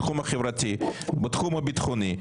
בתחום החברתי ובתחום הביטחוני,